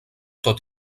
tot